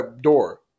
door